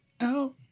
out